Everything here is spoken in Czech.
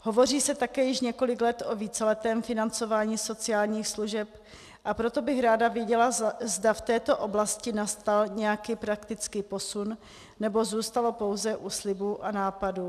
Hovoří se také již několik let o víceletém financování sociálních služeb, a proto bych ráda věděla, zda v této oblasti nastal nějaký praktický posun, nebo zůstalo pouze u slibů a nápadů.